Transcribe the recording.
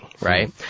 Right